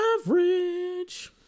Average